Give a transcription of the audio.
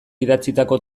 idatzitako